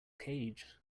cage